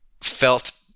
felt